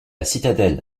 citadelle